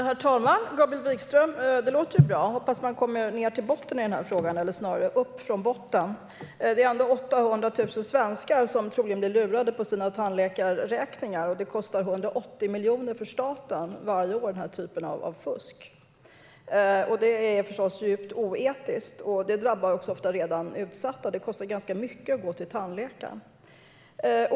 Herr talman! Det låter bra, Gabriel Wikström. Jag hoppas att man går till botten i frågan, eller snarare kommer upp från botten. Det är ändå 800 000 svenskar som troligen blir lurade på sina tandläkarräkningar, och den typen av fusk kostar staten 180 miljoner varje år. Det är förstås djupt oetiskt och drabbar ofta redan utsatta. Det kostar ju ganska mycket att gå till tandläkaren.